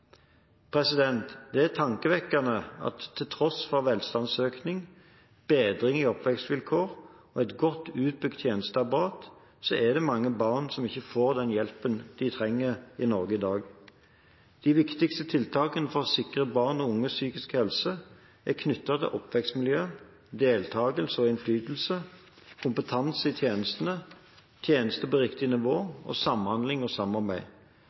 Det er tankevekkende at til tross for velstandsøkningen, bedringen i oppvekstvilkår og et godt utbygd tjenesteapparat er det mange barn som ikke får den hjelpen de trenger i Norge i dag. De viktigste tiltakene for å sikre barn og unges psykiske helse er knyttet til oppvekstmiljø, deltakelse og innflytelse, kompetanse i tjenestene, tjenester på riktig nivå og samhandling og samarbeid.